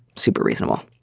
super reasonable.